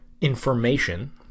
information